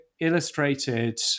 illustrated